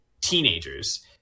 teenagers